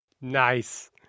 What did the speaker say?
nice